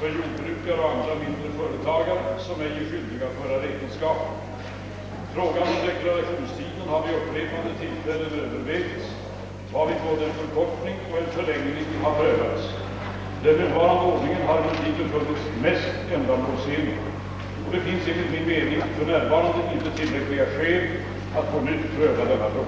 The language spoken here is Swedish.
för jordbrukare och andra mindre företagare, som ej är skyldiga att föra räkenskaper. Frågan om deklarationstiden har vid upprepade tillfällen övervägts, varvid både en förkortning och en förlängning prövats. Den nuvarande ordningen har emellertid befunnits mest ändamålsenlig. Det finns enligt min mening för närvarande inte tillräckliga skäl att på nytt pröva denna fråga.